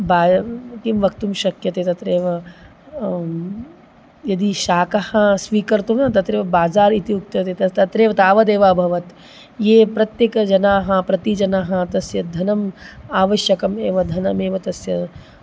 वा किं वक्तुं शक्यते तत्रैव यदि शाकः स्वीकर्तुं न तत्रैव बाज़ार् इति उक्त्यते तत् तत्रैव तावदेव अभवत् ये प्रत्येकजनाः प्रतिजनाः तस्य धनम् आवश्यकम् एव धनमेव तस्य